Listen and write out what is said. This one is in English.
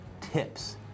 tips